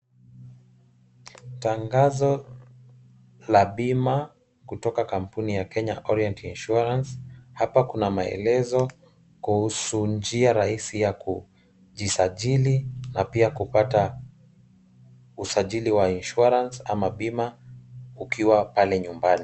Tangazo la bima kutoka kwa kampuni ya Kenya Orient Insurance. Hapa kuna maelezo kuhusu njia rahisi ya kujisajili na pia kupata usajili wa insurance ama bima ukiwa pale nyumbani.